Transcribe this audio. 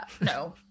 No